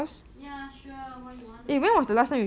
ya sure what you want to talk about